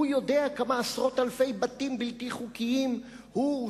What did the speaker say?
הוא יודע כמה עשרות-אלפי בתים בלתי חוקיים הוא,